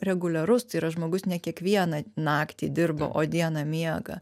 reguliarus tai yra žmogus ne kiekviena naktį dirba o dieną miega